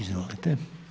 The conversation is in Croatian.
Izvolite.